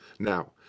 Now